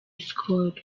skol